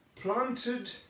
planted